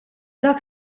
dak